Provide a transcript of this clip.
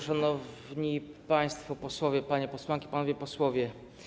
Szanowni Państwo Posłowie, Panie Posłanki, Panowie Posłowie!